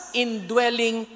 indwelling